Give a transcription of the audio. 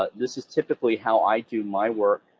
ah this is typically how i do my work